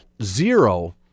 zero